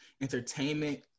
entertainment